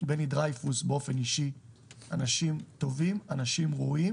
בני דרייפוס, אנשים טובים, אנשים ראויים